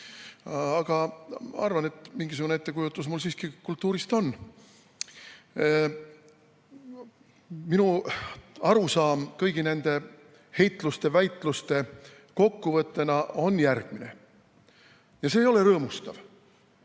Aga arvan, et mingisugune ettekujutus mul siiski kultuurist on. Minu arusaam kõigi nende heitluste-väitluste kokkuvõttena on järgmine. Ja see ei ole rõõmustav.